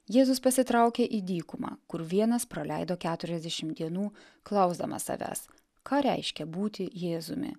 jėzus pasitraukė į dykumą kur vienas praleido keturiasdešimt dienų klausdamas savęs ką reiškia būti jėzumi